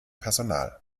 personal